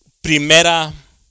primera